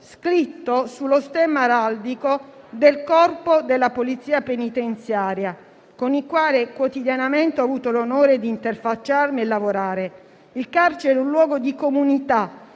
scritto sullo stemma araldico del corpo della Polizia penitenziaria, con il quale quotidianamente ho avuto l'onore di interfacciarmi e lavorare. Il carcere è un luogo di comunità,